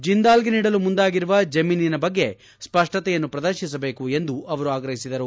ಜಿಂದಾಲ್ಗೆ ನೀಡಲು ಮುಂದಾಗಿರುವ ಜಮೀನಿನ ಬಗ್ಗೆ ಸ್ವಷ್ಟತೆಯನ್ನು ಪ್ರದರ್ತಿಸಬೇಕು ಎಂದು ಅವರು ಆಗ್ರಹಿಸಿದರು